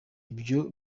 ibyo